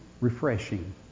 refreshing